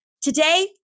Today